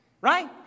Right